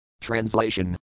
Translation